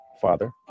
father